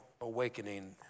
awakening